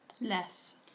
Less